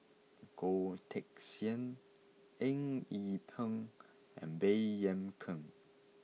Goh Teck Sian Eng Yee Peng and Baey Yam Keng